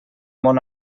món